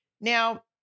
Now